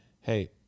hey